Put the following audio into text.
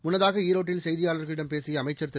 முன்னதாக ஈரோட்டில் செய்தியாளர்களிடம் பேசிய அமைச்சர் திரு